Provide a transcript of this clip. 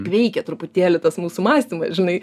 veikia truputėlį tas mūsų mąstymas žinai